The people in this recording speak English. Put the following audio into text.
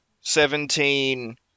Seventeen